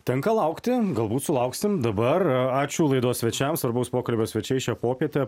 tenka laukti galbūt sulauksim dabar ačiū laidos svečiams svarbaus pokalbio svečiai šią popietę